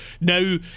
Now